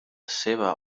seua